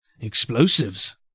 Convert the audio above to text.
Explosives